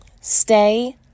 stay